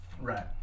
right